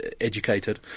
educated